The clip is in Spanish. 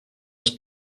los